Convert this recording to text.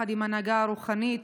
יחד עם ההנהגה הרוחנית